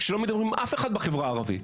שלא מדברים עם אחד בחברה הערבית.